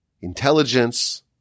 intelligence